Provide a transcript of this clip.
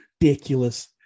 ridiculous